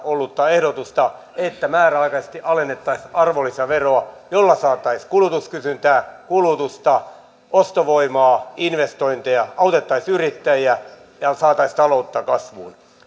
ollutta ehdotusta että määräaikaisesti alennettaisiin arvonlisäveroa millä saataisiin kulutuskysyntää kulutusta ostovoimaa investointeja autettaisiin yrittäjiä ja saataisiin taloutta kasvuun